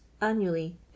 Annually